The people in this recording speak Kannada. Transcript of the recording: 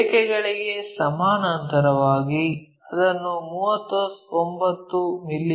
ರೇಖೆಗಳಿಗೆ ಸಮಾನಾಂತರವಾಗಿ ಇದನ್ನು 39 ಮಿ